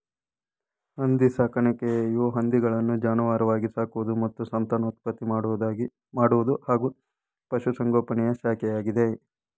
ಹಂದಿ ಸಾಕಾಣಿಕೆಯು ಹಂದಿಗಳನ್ನು ಜಾನುವಾರಾಗಿ ಸಾಕುವುದು ಮತ್ತು ಸಂತಾನೋತ್ಪತ್ತಿ ಮಾಡುವುದು ಹಾಗೂ ಪಶುಸಂಗೋಪನೆಯ ಶಾಖೆಯಾಗಿದೆ